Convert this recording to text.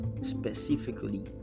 specifically